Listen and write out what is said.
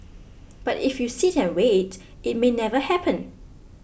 but if you sit and wait it may never happen